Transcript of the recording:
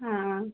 ആ ആ